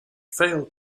failed